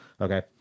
Okay